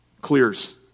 clears